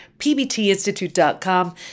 pbtinstitute.com